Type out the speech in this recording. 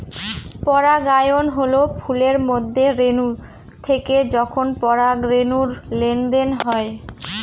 পরাগায়ন হল ফুলের মধ্যে রেনু থেকে যখন পরাগরেনুর লেনদেন হয়